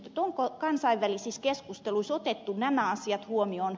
onko kansainvälisissä keskusteluissa otettu nämä asiat huomioon